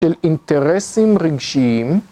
של אינטרסים רגשיים